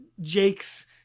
Jake's